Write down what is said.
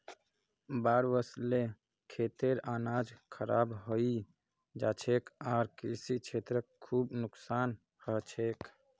बाढ़ वस ल खेतेर अनाज खराब हई जा छेक आर कृषि क्षेत्रत खूब नुकसान ह छेक